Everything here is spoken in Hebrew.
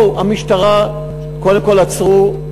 המשטרה קודם כול עצרו,